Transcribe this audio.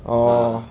orh